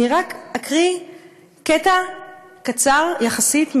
אני רק אקריא קטע קצר יחסית,